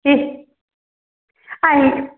ആ ഈ